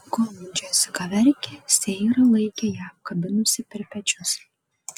kol džesika verkė seira laikė ją apkabinusi per pečius